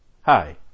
Hi